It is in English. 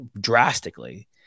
drastically